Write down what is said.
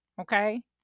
okay